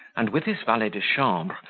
and, with his valet-de-chambre,